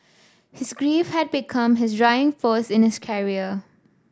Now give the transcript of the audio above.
his grief had become his driving force in his career